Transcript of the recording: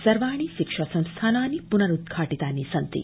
सर्वाणि शिक्षा संस्थानानि प्नरुदघाटितानि सन्ति